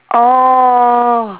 oh